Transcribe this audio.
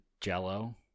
Jello